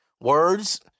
Words